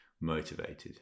motivated